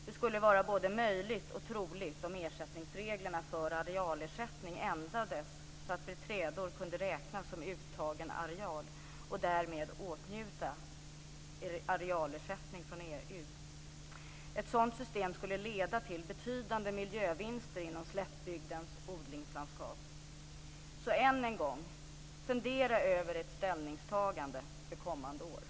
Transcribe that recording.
Det skulle vara både möjligt och troligt om ersättningsreglerna för arealersättning ändrades så att "beträdor" kunde räknas som uttagen areal och därmed åtnjuta arealersättning från EU. Ett sådant system skulle leda till betydande miljövinster inom slättbygdens odlingslandskap. Än en gång: Fundera över ert ställningstagande för kommande år.